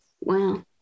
Wow